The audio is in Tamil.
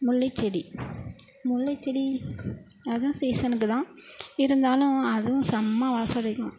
முல்லைச் செடி முல்லைச் செடி அதுவும் சீசனுக்கு தான் இருந்தாலும் அதுவும் செம்ம வாசம் அடிக்கும்